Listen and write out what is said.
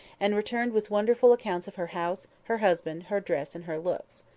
and returned with wonderful accounts of her house, her husband, her dress, and her looks.